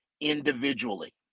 individually